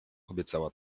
obiecała